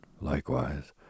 likewise